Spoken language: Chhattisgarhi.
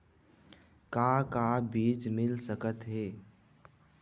का का बीज मिल सकत हे?